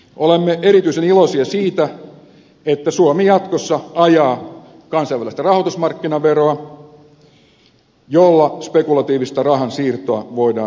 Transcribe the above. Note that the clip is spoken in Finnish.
olemme erityisen iloisia siitä että suomi jatkossa ajaa kansainvälistä rahoitusmarkkinaveroa jolla spekulatiivista rahansiirtoa voidaan hillitä